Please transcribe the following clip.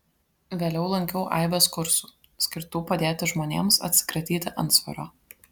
vėliau lankiau aibes kursų skirtų padėti žmonėms atsikratyti antsvorio